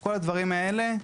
כל הדברים האלה,